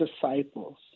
disciples